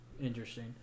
interesting